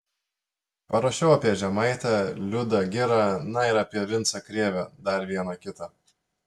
parašiau apie žemaitę liudą girą na ir apie vincą krėvę dar vieną kitą